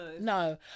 No